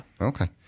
Okay